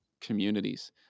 communities